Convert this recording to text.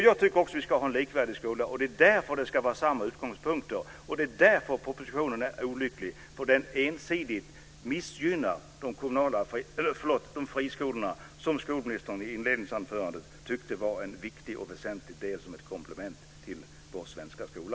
Jag tycker också att vi ska ha en likvärdig skola. Det är därför det ska vara samma utgångspunkter. Därför är propositionen olycklig: Den missgynnar ensidigt de friskolor som ministern i sitt svar sade var ett viktigt och väsentligt komplement till vår svenska skola.